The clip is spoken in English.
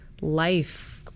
life